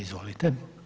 Izvolite.